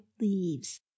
leaves